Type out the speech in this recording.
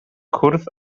cwrdd